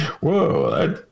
Whoa